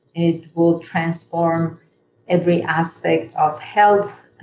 it will transform every aspect of health,